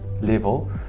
level